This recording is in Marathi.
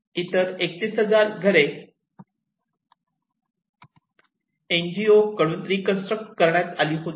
इतर 31000 घरे एन जी ओ कडून रीकंस्ट्रक्शन करण्यात आली होती